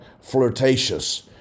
flirtatious